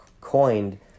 coined